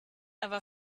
ever